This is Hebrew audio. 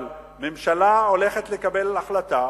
אבל הממשלה הולכת לקבל החלטה